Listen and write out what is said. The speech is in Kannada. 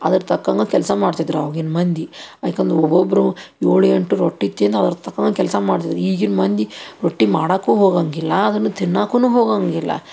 ಅದರ ತಕ್ಕಂಗ ಕೆಲಸ ಮಾಡ್ತಿದ್ರು ಅವಾಗಿನ ಮಂದಿ ಯಾಕಂದ್ರೆ ಒಬ್ಬೊಬ್ಬರು ಏಳು ಎಂಟು ರೊಟ್ಟಿ ತಿಂದು ಅದ್ರ ತಕ್ನಾಗಿ ಕೆಲಸ ಮಾಡ್ತಿದ್ದರು ಈಗಿನ ಮಂದಿ ರೊಟ್ಟಿ ಮಾಡಕ್ಕೂ ಹೋಗಂಗಿಲ್ಲ ಅದನ್ನು ತಿನ್ನಕ್ಕೂನು ಹೋಗಂಗಿಲ್ಲ